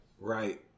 right